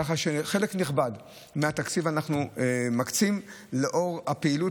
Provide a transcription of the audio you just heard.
ככה שחלק נכבד מהתקציב אנחנו מקצים לאור הפעילות